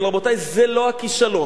אבל, רבותי, זה לא הכישלון.